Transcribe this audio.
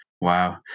Wow